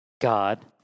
God